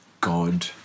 God